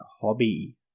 hobby